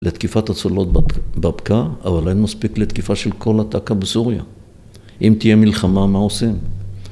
לתקיפת הסוללות בבקעה, אבל אין מוספיק לתקיפה של כל הטק"א בסוריה. אם תהיה מלחמה, מה עושים?